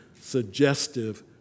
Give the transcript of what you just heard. suggestive